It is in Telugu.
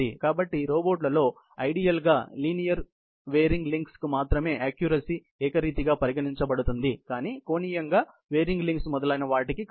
కాబట్టి రోబోట్లలో ఐడియల్ గా లీనియర్ వేరింగ్ లింక్స్ కు మాత్రమే ఆక్క్యురసీ ఏకరీతిగా పరిగణించబడుతుంది కానీ కోణీయంగా వేరింగ్ లింక్స్ మొదలైనవి వాటికీ కాదు